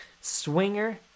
swinger